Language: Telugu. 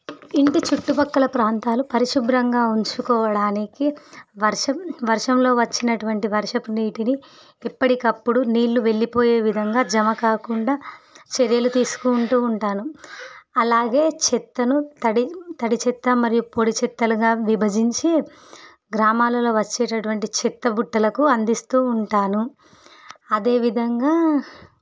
ఇంటి చుట్టుపక్కల ప్రాంతాలు పరిశుభ్రంగా ఉంచుకోవడానికి వర్షం వర్షంలో వచ్చినటువంటి వర్షపు నీటిని ఎప్పటికప్పుడు నీళ్ళు వెళ్ళిపోయే విధంగా జమ కాకుండా చర్యలు తీసుకుంటు ఉంటాను అలాగే చెత్తను తడి తడి చెత్త మరియు పొడి చెత్తలుగా విభజించి గ్రామాలలో వచ్చేటటువంటి చెత్త బుట్టలకు అందిస్తు ఉంటాను అదేవిధంగా